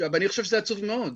אני חושב שזה עצוב מאוד.